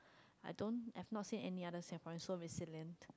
I don't I have no say any other saffron so waste it lane